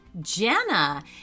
Jenna